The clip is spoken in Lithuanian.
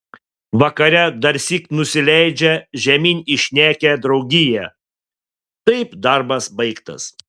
vakare darsyk nusileidžia žemyn į šnekią draugiją taip darbas baigtas